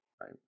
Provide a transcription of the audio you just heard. Right